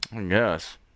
Yes